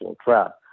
trap